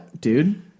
dude